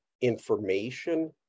information